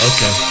Okay